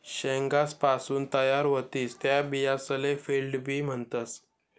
शेंगासपासून तयार व्हतीस त्या बियासले फील्ड बी म्हणतस